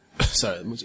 Sorry